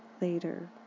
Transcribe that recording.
later